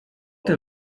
tym